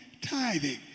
tithing